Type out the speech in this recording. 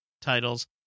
titles